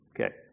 Okay